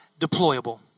deployable